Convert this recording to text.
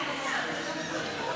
לחוק-יסוד: